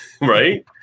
right